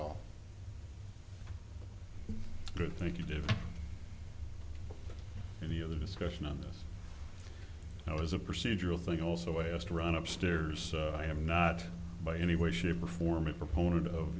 all good think you did in the other discussion on this i was a procedural thing also is to run upstairs i am not by any way shape or form a proponent of